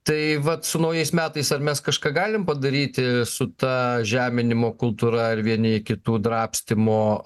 tai vat su naujais metais ar mes kažką galim padaryti su ta žeminimo kultūra ir vieni kitų drabstymo